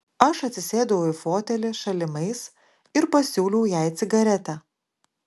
aš atsisėdau į fotelį šalimais ir pasiūliau jai cigaretę